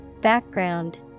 Background